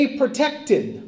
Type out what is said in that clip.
protected